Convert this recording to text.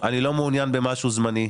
אני לא מעוניין במשהו זמני.